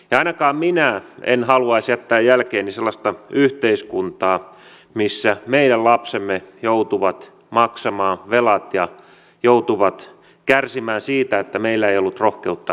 ainakaan minä en haluaisi jättää jälkeeni sellaista yhteiskuntaa missä meidän lapsemme joutuvat maksamaan velat ja joutuvat kärsimään siitä että meillä ei ollut rohkeutta tehdä päätöksiä